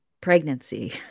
pregnancy